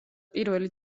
პირველი